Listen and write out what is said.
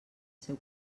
seu